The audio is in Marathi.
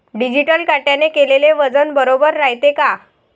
डिजिटल काट्याने केलेल वजन बरोबर रायते का?